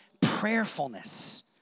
prayerfulness